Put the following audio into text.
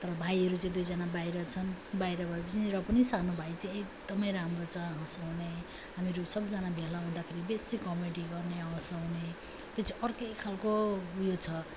तर भाइहरू चाहिँ दुइजना बाहिर छन् बाहिर भए पछि नि र पनि सानो भाइ चाहिँ एकदमै राम्रो छ हँसाउने हामीहरू सबजना भेला हुँदाखेरि बेसी कमेडी गर्ने हँसाउने त्यो चाहिँ अर्कै खाले उयो छ